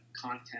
content